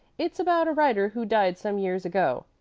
it's about a writer who died some years ago.